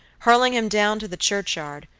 hurling him down to the churchyard,